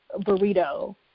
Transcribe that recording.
burrito